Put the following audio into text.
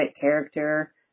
character